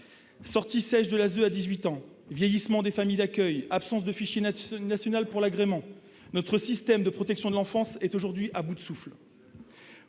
Sorties sèches de l'ASE à 18 ans, vieillissement des familles d'accueil, absence de fichier national pour l'agrément : notre système de protection de l'enfance est aujourd'hui à bout de souffle.